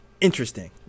interesting